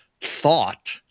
thought